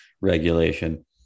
regulation